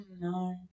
no